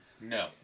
No